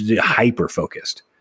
hyper-focused